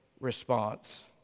response